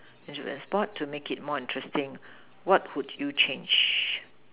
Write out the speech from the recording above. is a sport to make it more interesting what would you change